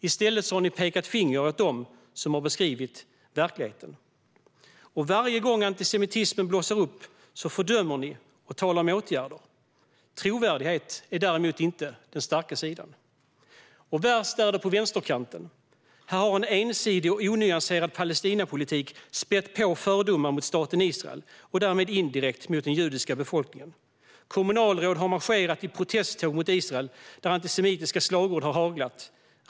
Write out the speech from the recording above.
I stället har ni pekat finger åt dem som har beskrivit verkligheten. Varje gång antisemitismen blossar upp fördömer ni och talar om åtgärder. Trovärdighet är inte er starka sida. Värst är det på vänsterkanten. Här har en ensidig och onyanserad Palestinapolitik spätt på fördomar mot staten Israel och därmed indirekt mot den judiska befolkningen. Kommunalråd har marscherat i protesttåg mot Israel där antisemitiska slagord har haglat.